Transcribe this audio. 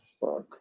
Fuck